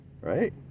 right